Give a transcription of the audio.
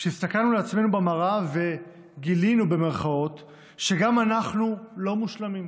כשהסתכלנו על עצמנו במראה "גילינו" שגם אנחנו לא מושלמים,